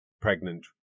pregnant